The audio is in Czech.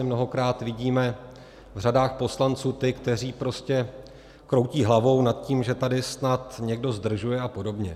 Mnohokrát vidíme v řadách poslanců ty, kteří prostě kroutí hlavou nad tím, že tady snad někdo zdržuje a podobně.